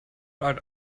heute